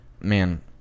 Man